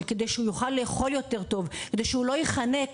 כדי שהוא יוכל לאכול יותר טוב ולא ייחנק.